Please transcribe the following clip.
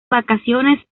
vacaciones